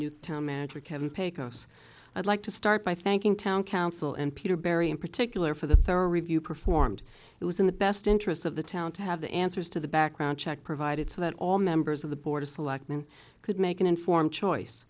term manager kevin pecos i'd like to start by thanking town council and peter barry in particular for the thorough review performed it was in the best interests of the town to have the answers to the background check provided so that all members of the board of selectmen could make an informed choice